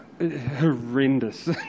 horrendous